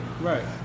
Right